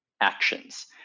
actions